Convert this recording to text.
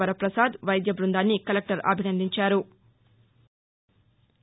వర్చపసాద్ వైద్య బృందాన్ని కలెక్టర్ అభినందించారు